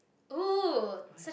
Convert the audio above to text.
!ooh!